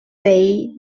they